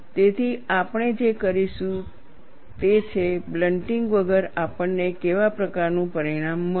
તેથી આપણે જે કરીશું તે છે બ્લન્ટિંગ વગર આપણને કેવા પ્રકારનું પરિણામ મળે છે